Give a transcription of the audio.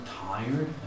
tired